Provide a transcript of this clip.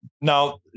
Now